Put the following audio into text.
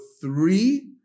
three